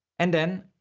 and then